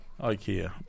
IKEA